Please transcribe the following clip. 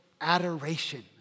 adoration